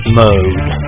mode